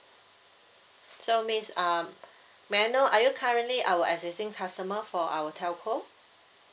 so miss um may I know are you currently our existing customer for our telco